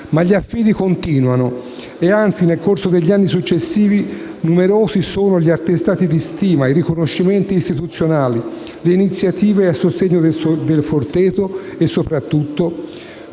Ma gli affidi continuano e, anzi, nel corso degli anni successivi numerosi sono stati gli attestati di stima, i riconoscimenti istituzionali, le iniziative a sostegno del Forteto e - soprattutto